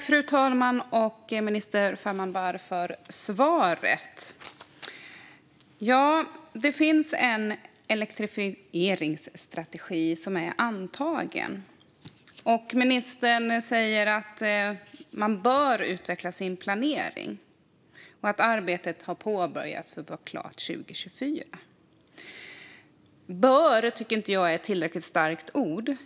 Fru talman! Tack, minister Farmanbar, för svaret! Ja, det finns en elektrifieringsstrategi som är antagen. Ministern säger att man bör utveckla sin planering och att arbetet har påbörjats för att vara klart 2024. "Bör" tycker inte jag är ett tillräckligt starkt ord.